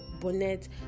bonnet